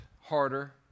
harder